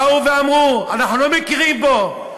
באו ואמרו: אנחנו לא מכירים בו,